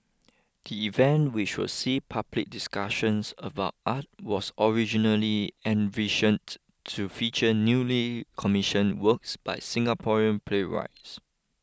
the event which will see public discussions about art was originally envisioned to feature newly commission works by Singaporean playwrights